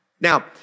Now